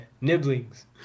nibblings